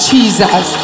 Jesus